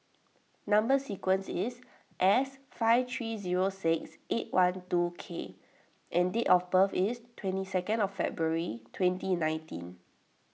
Number Sequence is S five three zero six eight one two K and date of birth is twenty second February twenty nineteen